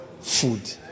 food